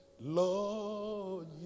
Lord